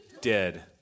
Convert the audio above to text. dead